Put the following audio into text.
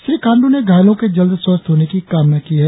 श्री खांडू ने घायलों के जल्द स्वस्थ्य होने की कामना की है